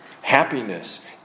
Happiness